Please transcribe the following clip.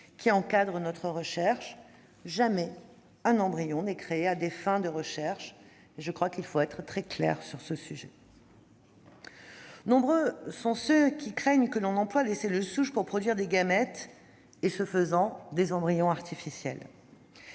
qui encadrent notre recherche : jamais un embryon n'est créé à des fins de recherche- il faut être très clair sur ce sujet. Nombreux sont ceux qui craignent qu'on emploie les cellules souches pour produire des gamètes et, partant, des embryons artificiels.